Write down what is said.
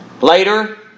Later